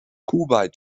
kuwait